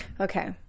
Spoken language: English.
Okay